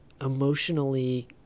emotionally